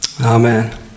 Amen